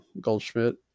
Goldschmidt